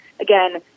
Again